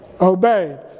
obeyed